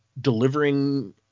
delivering